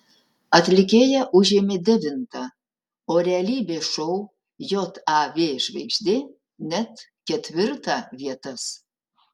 atlikėja užėmė devintą o realybės šou jav žvaigždė net ketvirtą vietas